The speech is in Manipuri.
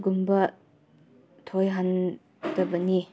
ꯒꯨꯝꯕ ꯊꯣꯏꯍꯟꯗꯕꯅꯤ